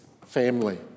family